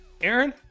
Aaron